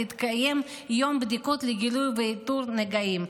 יתקיים יום בדיקות לגילוי ולאיתור נגעים.